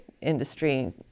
industry